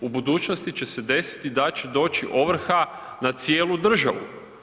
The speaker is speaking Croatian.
U budućnosti će se desiti da će doći ovrha na cijelu državu.